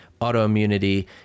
autoimmunity